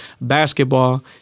basketball